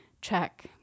check